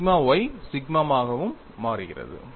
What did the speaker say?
sigma y சிக்மாவாகவும் மாறுகிறது